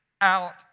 out